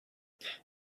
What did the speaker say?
that